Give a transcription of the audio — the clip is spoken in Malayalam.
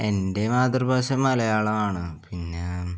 എൻ്റെ മാതൃഭാഷ മലയാളമാണ് പിന്നെ